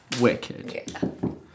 Wicked